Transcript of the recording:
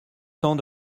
temps